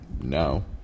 no